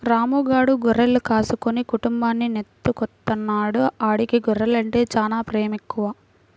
రాము గాడు గొర్రెలు కాసుకుని కుటుంబాన్ని నెట్టుకొత్తన్నాడు, ఆడికి గొర్రెలంటే చానా పేమెక్కువ